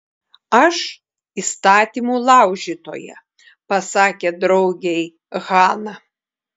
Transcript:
aš įstatymų laužytoja pasakė draugei hana